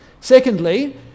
secondly